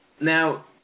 Now